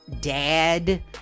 dad